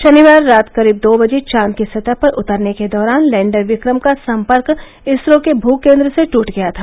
षनिवार रात करीब दो बजे चाँद की सतह पर उतरने के दौरान लैन्डर विक्रम का सम्पर्क इसरो के भू केन्द्र से ट्ट गया था